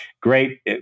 great